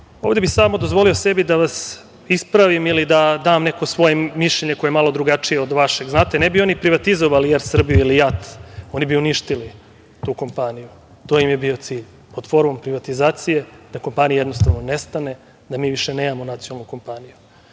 sada? Ovde bih samo dozvolio sebi da vas ispravim ili da dam neko svoje mišljenje koje je malo drugačije od vašeg. Znate, ne bi oni privatizovali „Er Srbiju“ ili JAT, oni bi uništili tu kompaniju. To je bio cilj privatizacije, da kompanija jednostavno nestane, da mi više nemamo nacionalnu kompaniju.